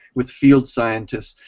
with field scientists,